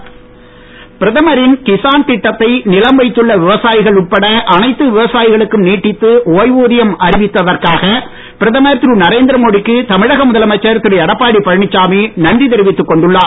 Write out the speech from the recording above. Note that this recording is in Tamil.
எடப்பாடி நன்றி பிரதமரின் கிசான் திட்டத்தை நிலம் வைத்துள்ள விவசாயிகள் உட்பட அனைத்து விவசாயிகளுக்கும் நீட்டித்து ஓய்வூதியம் அறிவித்ததற்காக பிரதமர் திரு நரேந்திரமோடிக்கு தமிழக முதலமைச்சர் திரு எடப்பாடி பழனிச்சாமி நன்றி தெரிவித்துக் கொண்டுள்ளார்